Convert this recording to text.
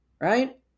Right